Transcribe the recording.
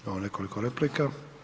Imamo nekoliko replika.